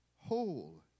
whole